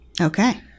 Okay